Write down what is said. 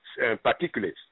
particulates